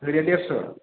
गोरिया देरस'